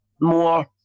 more